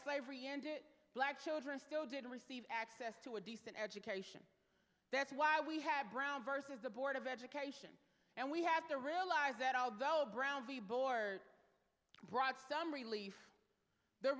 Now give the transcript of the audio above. slavery ended black children still didn't receive access to a decent education that's why we have brown versus the board of education and we have to realize that although brown v board brought some relief the